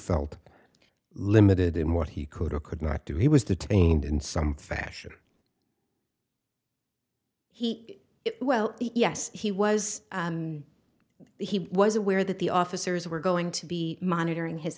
felt limited in what he could or could not do he was detained in some fashion he well yes he was he was aware that the officers were going to be monitoring his